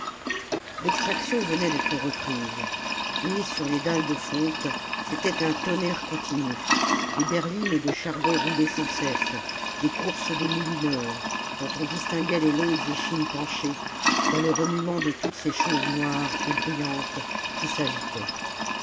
l'extraction venait d'être reprise et sur les dalles de fonte c'était un tonnerre continu les berlines de charbon roulées sans cesse les courses des moulineurs dont on distinguait les longues échines penchées dans le remuement de toutes ces choses noires et bruyantes qui s'agitaient